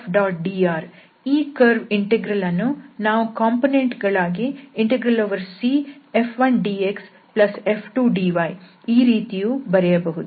CF⋅dr ಈ ಕರ್ವ್ ಇಂಟೆಗ್ರಲ್ಅನ್ನು ನಾವು ಕಂಪೋನೆಂಟ್ ಗಳಾಗಿ CF1dxF2dy ಈ ರೀತಿಯೂ ಬರೆಯಬಹುದು